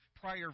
prior